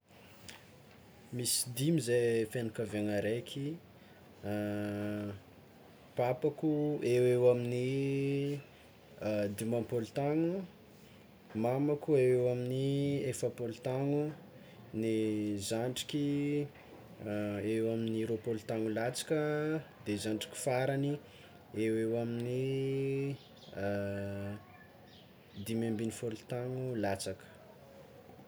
Misy dimy zahe fianakaviagna araiky papako eoeo amin'ny dimapolo taogno, mamako eo amin'ny efapolo taogno, ny zandriky eo amin'ny roapolo taogno latsaka de zandriko farany eoeo amin'ny dimy ambiny folo taogno latsaka.